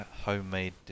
homemade